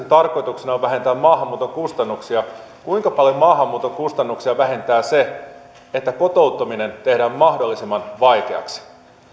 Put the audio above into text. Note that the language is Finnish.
tarkoituksena on vähentää maahanmuuton kustannuksia kuinka paljon maahanmuuton kustannuksia vähentää se että kotouttaminen tehdään mahdollisimman vaikeaksi